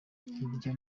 hirya